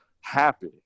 happy